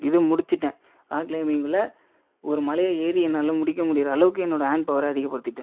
இதை முடித்துட்டேன் ராக் க்ளைம்பிங்கில் ஒரு மலையே ஏறி என்னால் முடிக்க முடிகிற அளவுக்கு என்னோடய ஹாண்ட் பவரை அதிகப்படுத்திகிட்டேன்